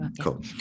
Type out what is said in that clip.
cool